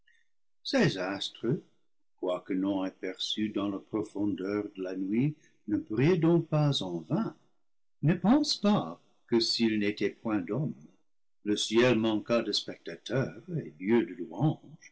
ces astres quoique non aperçus dans la profondeur de la nuit ne brillent donc pas en vain ne pense pas que s'il n'était point d'homme le ciel manquât de spectateurs et dieu de louanges